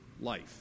life